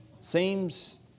seems